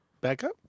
backup